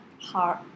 heart